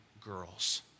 girls